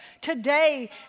today